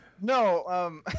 no